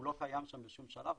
הוא לא קיים שם בשום שלב,